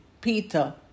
Peter